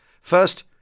First